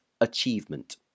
achievement